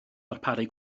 ddarparu